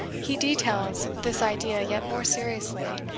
he details this idea yet more seriously,